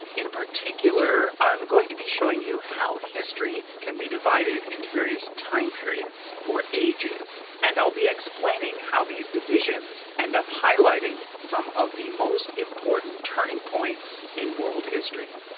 in particular, i'm going to be showing you how history can be divided into various time periods or ages and i'll be explaining how these divisions end up highlighting some of the most important turning points in world history.